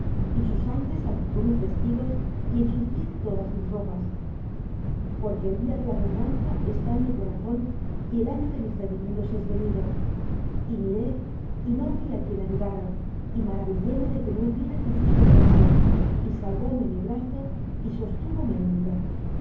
y su sangre salpicó mis vestidos y ensucié todas mis ropas porque el día de la venganza está en mi corazón y el año de mis redimidos es venido y miré y no había quien ayudará y maravilléme que no hubiera quien sustentase y salvóme mi brazo y sostúvome